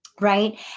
Right